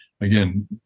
again